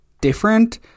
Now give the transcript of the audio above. different